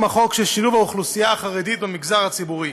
החוק של שילוב האוכלוסייה החרדית במגזר הציבורי.